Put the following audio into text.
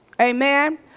Amen